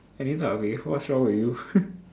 any type of beef what's wrong with you